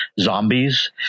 zombies